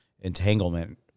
entanglement